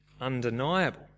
undeniable